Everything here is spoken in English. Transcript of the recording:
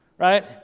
Right